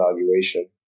evaluation